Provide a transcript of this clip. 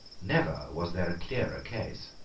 never was there a clearer case.